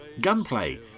gunplay